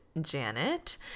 Janet